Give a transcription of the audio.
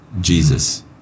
Jesus